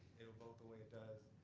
it'll vote the way it does.